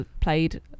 played